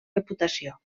reputació